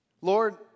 Lord